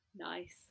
nice